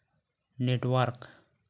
net work